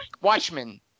Watchmen